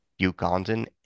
Ugandan